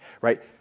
right